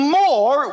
more